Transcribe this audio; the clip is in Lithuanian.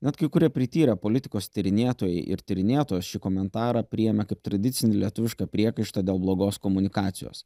net kai kurie prityrę politikos tyrinėtojai ir tyrinėtos šį komentarą priėmė kaip tradicinį lietuvišką priekaištą dėl blogos komunikacijos